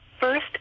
First